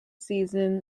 season